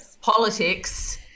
politics